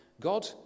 God